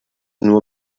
nur